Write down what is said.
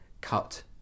cut